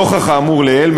נוכח האמור לעיל,